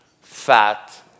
fat